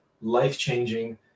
life-changing